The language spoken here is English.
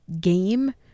game